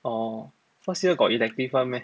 orh first year got elective one meh